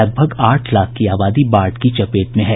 लगभग आठ लाख की आबादी बाढ़ की चपेट में हैं